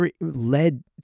led